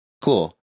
cool